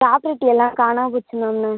property எல்லாம் காணாம போச்சு மேம் நா